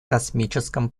космическом